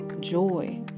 joy